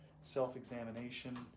self-examination